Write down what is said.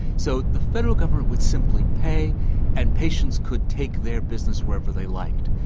so the federal government would simply pay and patients could take their business wherever they liked,